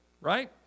Right